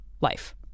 life